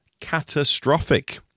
catastrophic